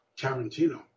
Tarantino